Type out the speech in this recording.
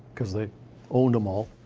because they owned them all.